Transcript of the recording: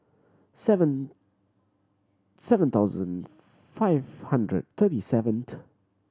seven seven thousand five hundred thirty seven